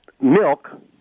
milk